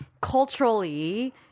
culturally